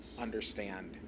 understand